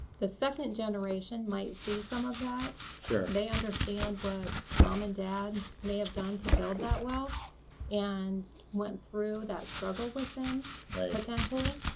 the second generation might see some of that. they understand what mom and dad may have done to build that wealth and went through that struggle with them potentially.